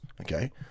okay